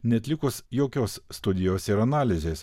neatlikus jokios studijos ir analizės